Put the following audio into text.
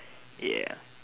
ya